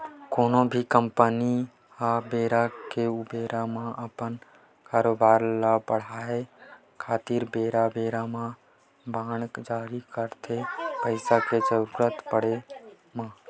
कोनो भी कंपनी ह बेरा के ऊबेरा म अपन कारोबार ल बड़हाय खातिर बेरा बेरा म बांड जारी करथे पइसा के जरुरत पड़े म